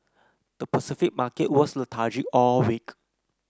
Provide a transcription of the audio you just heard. the Pacific market was lethargic all week